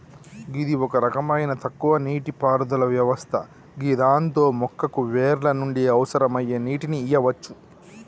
గిది ఒక రకమైన తక్కువ నీటిపారుదల వ్యవస్థ గిదాంతో మొక్కకు వేర్ల నుండి అవసరమయ్యే నీటిని ఇయ్యవచ్చు